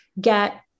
get